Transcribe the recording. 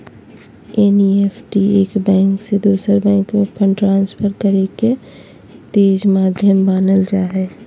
NEFT एक bank से दोसर बैंक में फंड ट्रांसफर करे के तेज माध्यम मानल जा हय